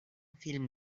film